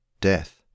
death